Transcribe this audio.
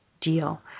deal